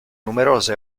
numerose